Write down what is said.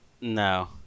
No